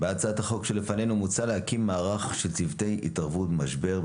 בהצעת החוק שלפנינו מוצע להקים מערך של צוותי התערבות במשבר,